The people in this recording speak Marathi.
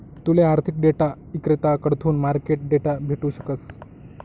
तूले आर्थिक डेटा इक्रेताकडथून मार्केट डेटा भेटू शकस